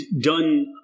done